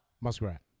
Muskrat